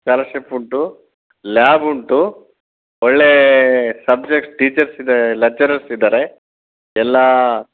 scholarship ಉಂಟು lab ಉಂಟು ಒಳ್ಳೆಯ ಸಬ್ಜೆಕ್ಟ್ ಟೀಚರ್ಸ್ ಇದಾರೆ ಲೆಕ್ಚರರ್ಸ್ ಇದ್ದಾರೆ ಎಲ್ಲ